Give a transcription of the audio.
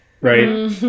Right